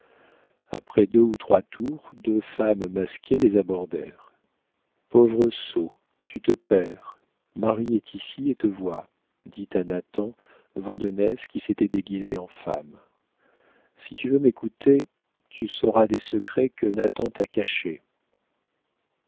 après deux ou trois tours deux femmes masquées les abordèrent pauvre sot tu te perds marie est ici et te voit dit à nathan vandenesse qui s'était déguisé en femme si tu veux m'écouter tu sauras des secrets que nathan t'a cachés